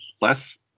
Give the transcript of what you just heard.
less